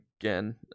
again